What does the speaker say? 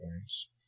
points